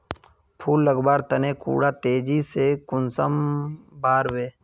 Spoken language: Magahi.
फुल लगवार तने कुंडा तेजी से कुंसम बार वे?